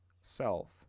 self